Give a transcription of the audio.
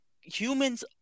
Humans